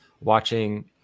watching